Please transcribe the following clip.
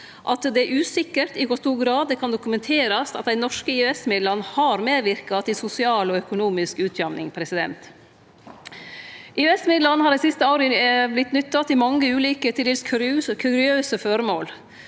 at det er usikkert i kor stor grad det kan dokumenterast at dei norske EØSmidlane har medverka til sosial og økonomisk utjamning. EØS-midlane har dei siste åra vorte nytta til mange ulike – til dels kuriøse – føremål.